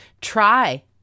try